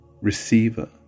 receiver